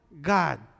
God